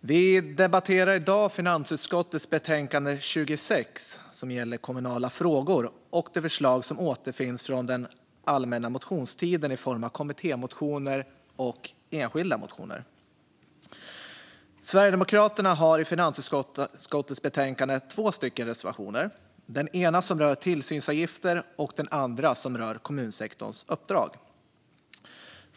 Vi debatterar i dag finansutskottets betänkande 26, som gäller kommunala frågor, och förslag från den allmänna motionstiden i form av kommittémotioner och enskilda motioner. Sverigedemokraterna har i finansutskottets betänkande två stycken reservationer. Den ena rör tillsynsavgifter, och den andra rör kommunsektorns uppdrag.